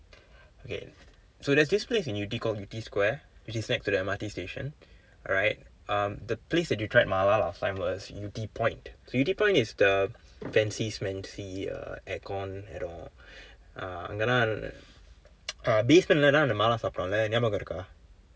okay so there's this place in yew tee called yew tee square which is next to the M_R_T station alright um the place that you tried mala last time was yew tee point yew tee point is the fancy schmancy uh air con and all uh அங்க தான்:anka thaan basement இல் தான் அந்த:il thaan antha mala சாப்பிட்டும்:saappittum leh ஞாபகம் இருக்க:ngabakam irukka